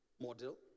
model